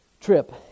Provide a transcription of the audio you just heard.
trip